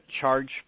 charge